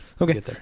Okay